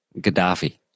Gaddafi